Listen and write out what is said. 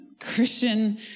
Christian